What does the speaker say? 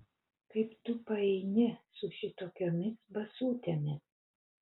kaip tu paeini su šitokiomis basutėmis